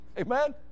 Amen